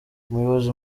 umuyobozi